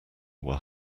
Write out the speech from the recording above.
were